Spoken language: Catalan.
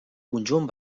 conjunt